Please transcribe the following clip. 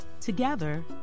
Together